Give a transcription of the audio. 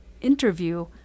interview